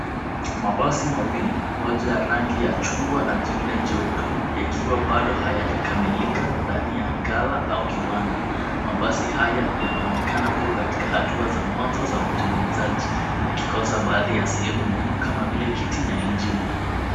Mabasi mawili, moja ya rangi ya chungwa na jingine jeupe, yakiwa bado hayajakamilika ndani ya ghala au kiwanda. Mabasi haya yanaonekana kuwa katika hatua za mwanzo za utengenezaji, yakikosa baadhi ya sehemu muhimu kama vile kitu na injini.